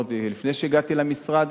עוד לפני שהגעתי למשרד.